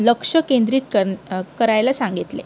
लक्ष केंद्रित कर करायला सांगितले